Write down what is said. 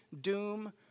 doom